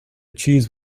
cheese